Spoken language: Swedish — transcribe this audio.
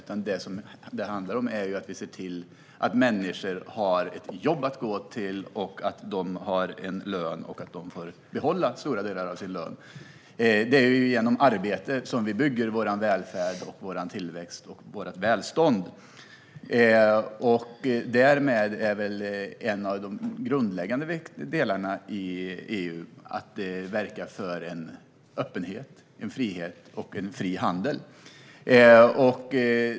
Vad det handlar om är att vi ser till att människor har ett jobb att gå till, att de har en lön och att de får behålla stora delar av sin lön. Det är ju genom arbete som vi bygger vår välfärd, vår tillväxt och vårt välstånd. Därmed är väl en av de grundläggande delarna i EU att just verka för öppenhet, frihet och fri handel.